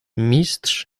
mistrz